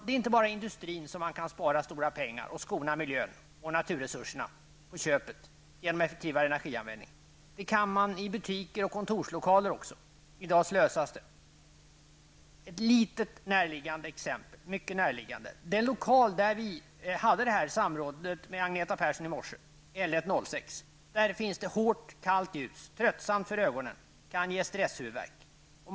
Det är inte bara inom industrin som man kan spara stora pengar och skona miljön och naturresurserna på köpet genom effektivare energianvändning. Det kan man göra även i butiker och kontorslokaler. I dag slösas det. Jag skall nämna ett litet och mycket näraliggande exempel. I den lokal där vi hade detta sammanträffande med Agneta Persson i morse, L1-06 finns det hårt, kallt ljus som är tröttsamt för ögonen och som kan ge stresshuvudvärk.